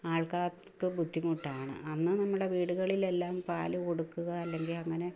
ആൾക്കാർക്ക് ബുദ്ധിമുട്ടാണ് അന്ന് നമ്മുടെ വീടുകളിലെല്ലാം പാല് കൊടുക്കുക അല്ലെങ്കിൽ അങ്ങനെ